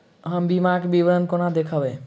हम बीमाक विवरण कोना देखबै?